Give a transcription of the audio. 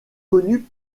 connue